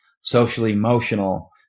social-emotional